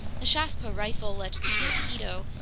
the chassepot rifle led to the torpedo,